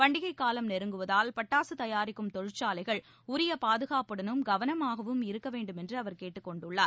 பண்டிகை காலம் நெருங்குவதால் பட்டாசு தயாரிக்கும் தொழிற்சாலைகள் உரிய பாதுகாப்புடனும் கவனமாகவும் இருக்க வேண்டுமேன்று அவர் கேட்டுக் கொண்டுள்ளார்